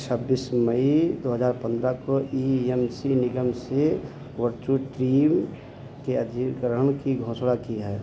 छब्बीस मई दो हजार पंद्रह को ई यम सी निगम से के अधिग्रहण की घोषणा की है